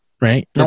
right